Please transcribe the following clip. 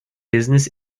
business